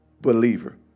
believer